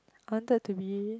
I wanted to be